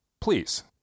Please